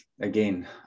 Again